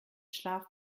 schlaf